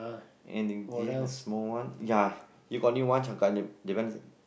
and they in the small one ya you got new one that one is